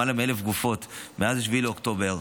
למעלה מ-1,000 גופות מאז 7 באוקטובר,